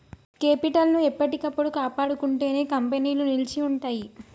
capital ని ఎప్పటికప్పుడు కాపాడుకుంటేనే కంపెనీలు నిలిచి ఉంటయ్యి